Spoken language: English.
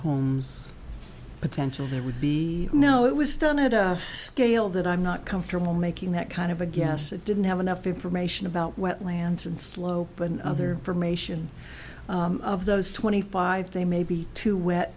homes potential there would be no it was done at a scale that i'm not comfortable making that kind of a guess it didn't have enough information about wetlands and slope and other from ation of those twenty five they may be too wet